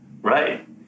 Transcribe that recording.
Right